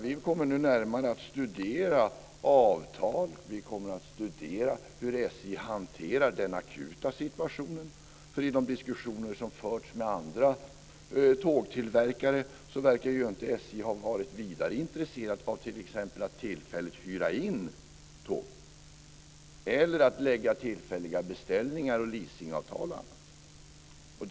Vi kommer nu att närmare studera avtal, och vi kommer att studera hur SJ hanterar den akuta situationen. I de diskussioner som har förts med andra tågtillverkare verkar SJ inte har varit vidare intresserad av att t.ex. tillfälligt hyra in tåg eller att lägga fram tillfälliga beställningar eller ingå leasingavtal osv.